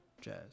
jazz